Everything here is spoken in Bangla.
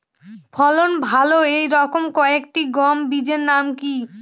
ফলন ভালো এই রকম কয়েকটি গম বীজের নাম কি?